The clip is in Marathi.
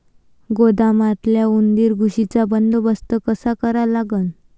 गोदामातल्या उंदीर, घुशीचा बंदोबस्त कसा करा लागन?